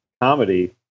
comedy